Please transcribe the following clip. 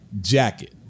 jacket